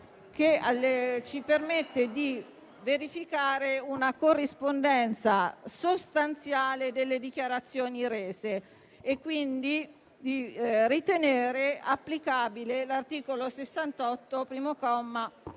che ci permettono di verificare una corrispondenza sostanziale delle dichiarazioni rese e, quindi, di ritenere applicabile l'articolo 68,